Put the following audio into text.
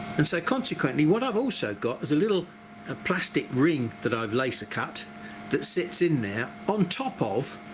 and so consequently what i've also got is a little a plastic ring that i've laser-cut that sits in there on top of